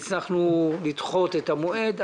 אבל כן הצלחנו לדחות את המועד,